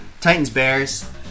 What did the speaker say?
Titans-Bears